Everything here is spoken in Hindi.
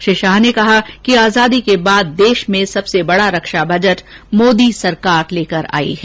उन्होनें कहा कि आजादी के बाद देश में सबसे बड़ा रक्षा बजट मोदी सरकार लेकर आई है